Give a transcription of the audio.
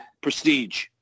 prestige